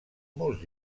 molts